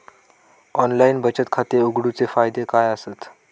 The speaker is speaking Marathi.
ऑनलाइन बचत खाता उघडूचे फायदे काय आसत?